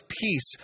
peace